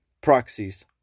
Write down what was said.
proxies